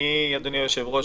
אדוני היושב-ראש,